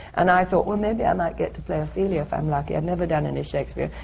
and i thought, well, maybe i might get to play ophelia, if i'm lucky. i've never done any shakespeare.